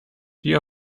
die